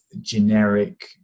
generic